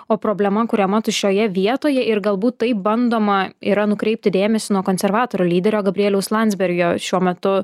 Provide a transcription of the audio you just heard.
o problema kuriama tuščioje vietoje ir galbūt taip bandoma yra nukreipti dėmesį nuo konservatorių lyderio gabrieliaus landsbergio šiuo metu